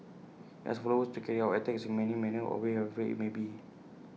he asked followers to carry out attacks in any manner or way however IT may be